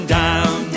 down